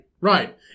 Right